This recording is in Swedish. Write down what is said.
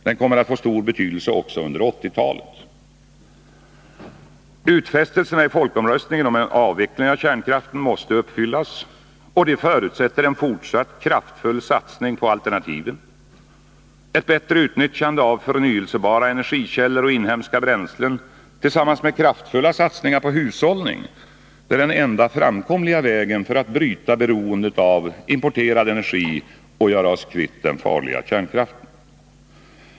Den kommer att få stor betydelse också under 1980-talet. Utfästelserna i folkomröstningen om en avveckling av kärnkraften måste uppfyllas. Det förutsätter en fortsatt kraftfull satsning på alternativen. Ett bättre utnyttjande av förnyelsebara energikällor och inhemska bränslen tillsammans med kraftfulla satsningar på hushållning är den enda framkomliga vägen för att bryta beroendet av importerad energi och göra oss kvitt den farliga kärnkraften.